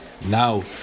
Now